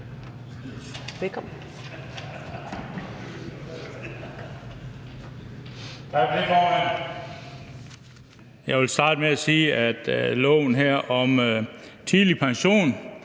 Jeg vil starte med at sige om loven her om tidlig pension,